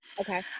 Okay